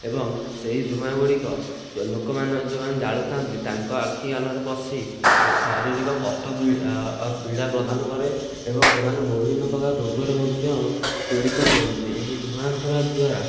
ଏବଂ ସେଇ ଧୂଆଁ ଗୁଡ଼ିକ ଲୋକମାନେ ଯେଉଁମାନେ ଜାଳୁଥାନ୍ତି ତାଙ୍କ ଆଖି କାନରେ ପଶି ଶାରୀରିକ କଷ୍ଟ ପୀଡ଼ା ପ୍ରଦାନ କରେ ଏବଂ ସେମାନେ ବିଭିନ୍ନ ପ୍ରକାର ରୋଗରେ ମଧ୍ୟ ପୀଡ଼ିତ ହୁଅନ୍ତି ଏହା ଧୂଆଁ ହେବା ଦ୍ଵାରା